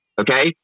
Okay